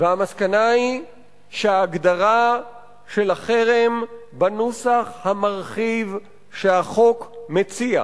והמסקנה היא שההגדרה של החרם בנוסח המרחיב שהחוק מציע,